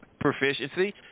proficiency